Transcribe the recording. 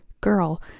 girl